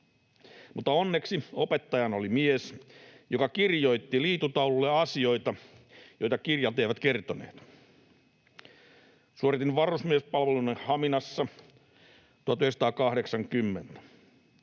mutta onneksi opettajana oli mies, joka kirjoitti liitutaululle asioita, joita kirjat eivät kertoneet. Suoritin varusmiespalvelun Haminassa 1980.